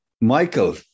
Michael